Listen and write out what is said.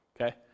okay